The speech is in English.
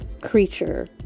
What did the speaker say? Creature